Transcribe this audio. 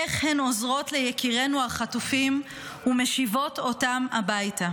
איך הן עוזרות ליקירינו החטופים ומשיבות אותם הביתה?